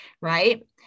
right